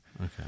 Okay